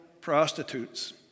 prostitutes